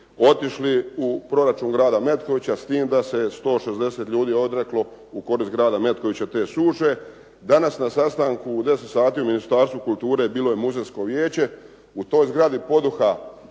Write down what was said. otišli u proračun grada Metkovića s time da se 160 ljudi odreklo u korist grada Metkovića te suše. Danas na sastanku u 10 sati u Ministarstvu kulture bilo je muzejsko vijeće. U toj zgradi